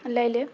लए लेब